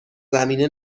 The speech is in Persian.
زمینه